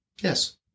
Yes